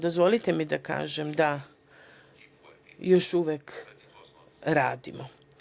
Dozvolite mi da kažem da još uvek radimo.